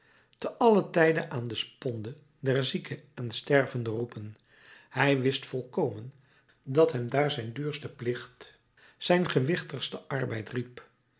te allen tijde aan de sponde der zieken en stervenden roepen hij wist volkomen dat hem daar zijn duurste plicht zijn gewichtigste arbeid riep